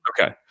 Okay